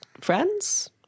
Friends